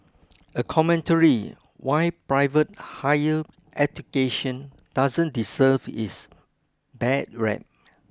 a commentary why private higher education doesn't deserve its bad rep